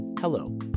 Hello